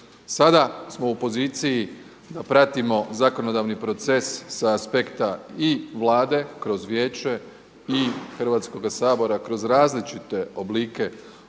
Sada smo u poziciji da pratimo zakonodavni proces sa aspekta i Vlade kroz Vijeće i Hrvatskoga sabora kroz različite oblike